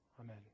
Amen